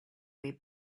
way